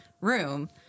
room